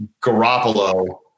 Garoppolo